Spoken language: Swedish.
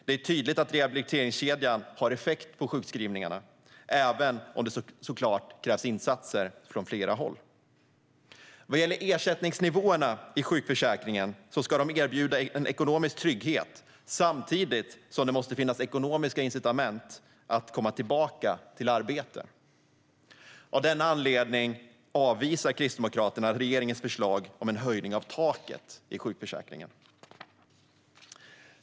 Det är tydligt att rehabiliteringskedjan har effekt på sjukskrivningarna, även om det såklart krävs insatser från flera håll. Ersättningsnivåerna i sjukförsäkringen ska erbjuda en ekonomisk trygghet. Samtidigt måste det finnas ekonomiska incitament att komma tillbaka till arbete. Av denna anledning avvisar Kristdemokraterna regeringens förslag om en höjning av taket i sjukförsäkringen.